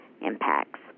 impacts